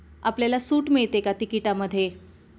आपल्याला सूट मिळते का तिकिटामध्ये